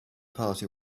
party